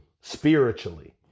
spiritually